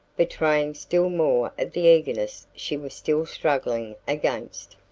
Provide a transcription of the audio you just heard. betraying still more of the eagerness she was still struggling against.